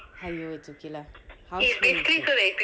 !haiyo! it's okay lah house phone